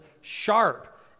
sharp